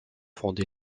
fonder